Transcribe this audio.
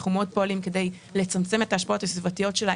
אנחנו פועלים מאוד כדי לצמצם את ההשפעות הסביבתיות שלה,